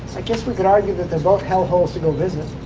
i guess we could argue that they're both hellholes to go visit.